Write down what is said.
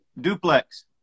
Duplex